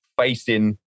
facing